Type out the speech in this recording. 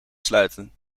sluiten